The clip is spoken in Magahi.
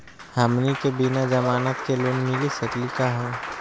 हमनी के बिना जमानत के लोन मिली सकली क हो?